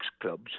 clubs